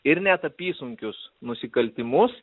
ir net apysunkius nusikaltimus